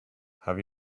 have